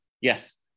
Yes